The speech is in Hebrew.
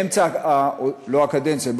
לא הקדנציה,